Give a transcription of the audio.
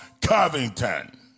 Covington